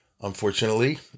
unfortunately